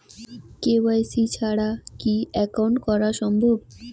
KYC ছাড়া কি account করা সম্ভব?